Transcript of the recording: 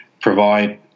provide